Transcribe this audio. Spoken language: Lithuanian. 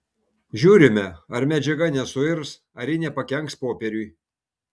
žiūrime ar medžiaga nesuirs ar ji nepakenks popieriui